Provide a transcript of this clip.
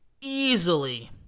easily